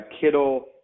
Kittle